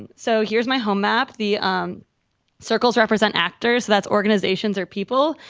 and so here's my home map. the circles represent actors, that's organizations or people.